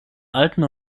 alten